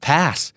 Pass